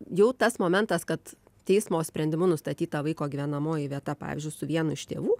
jau tas momentas kad teismo sprendimu nustatyta vaiko gyvenamoji vieta pavyzdžiui su vienu iš tėvų